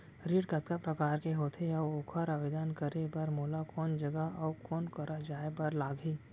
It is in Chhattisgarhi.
ऋण कतका प्रकार के होथे अऊ ओखर आवेदन करे बर मोला कोन जगह अऊ कोन करा जाए बर लागही?